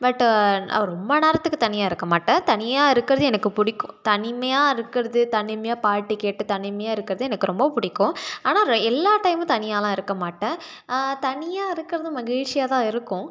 but நான் ரொம்ப நேரத்துக்கு தனியாக இருக்கமாட்டேன் தனியாக இருக்கிறது எனக்கு பிடிக்கும் தனிமையாக இருக்கிறது தனிமையாக பாட்டு கேட்டு தனிமையாக இருக்கிறது எனக்கு ரொம்ப பிடிக்கும் ஆனால் ர எல்லாம் டைமும் தனியாலாம் இருக்கமாட்டேன் தனியாக இருக்கிறது மகிழ்ச்சியாக தான் இருக்கும்